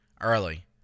early